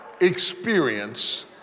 experience